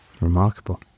Remarkable